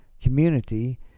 community